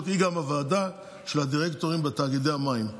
הייתה גם הוועדה של הדירקטורים בתאגידי המים.